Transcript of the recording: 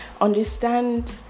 understand